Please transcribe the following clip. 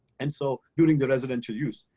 and so, during the residential use.